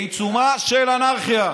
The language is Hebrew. בעיצומה של אנרכיה.